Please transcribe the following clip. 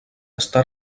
està